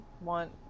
want